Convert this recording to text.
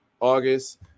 August